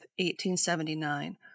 1879